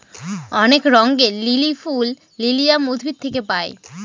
অনেক রঙের লিলি ফুল লিলিয়াম উদ্ভিদ থেকে পায়